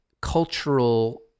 cultural